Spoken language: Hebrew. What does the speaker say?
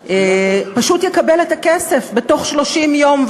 פשוט יקבל את הכסף בתוך 30 יום,